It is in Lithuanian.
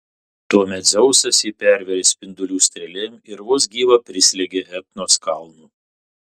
tuomet dzeusas jį pervėrė spindulių strėlėm ir vos gyvą prislėgė etnos kalnu